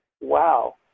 wow